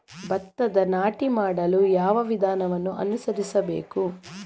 ಭತ್ತದ ನಾಟಿ ಮಾಡಲು ಯಾವ ವಿಧಾನವನ್ನು ಅನುಸರಿಸಬೇಕು?